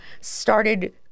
started